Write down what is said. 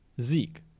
Zeke